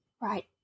Right